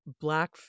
Black